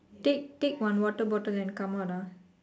take take one water bottle and come out ah